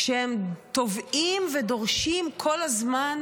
כשהם תובעים ודורשים כל הזמן